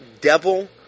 devil